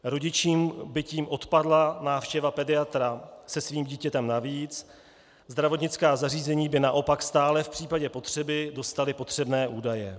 Rodičům by tím odpadla návštěva pediatra se svým dítětem navíc, zdravotnická zařízení by naopak stále v případě potřeby dostala potřebné údaje.